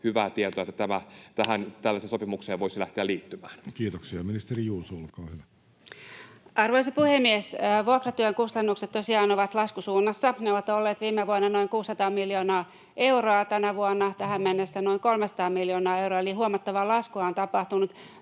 hoitajien työtilanteesta (Hanna Räsänen kesk) Time: 16:51 Content: Arvoisa puhemies! Vuokratyön kustannukset tosiaan ovat laskusuunnassa. Ne ovat olleet viime vuonna noin 600 miljoonaa euroa, tänä vuonna tähän mennessä noin 300 miljoonaa euroa, eli huomattavaa laskua on tapahtunut.